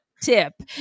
tip